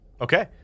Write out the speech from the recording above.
Okay